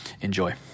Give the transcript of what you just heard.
enjoy